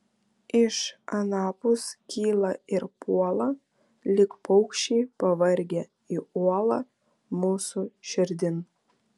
iš anapus kyla ir puola lyg paukščiai pavargę į uolą mūsų širdin